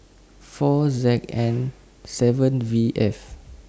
four Z N seven V F